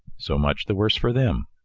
so much the worse for them.